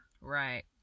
right